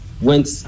went